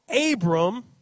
Abram